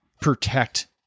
protect